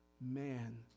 man